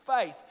faith